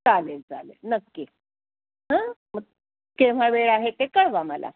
चालेल चालेल नक्की हां केव्हा वेळ आहे ते कळवा मला